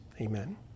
Amen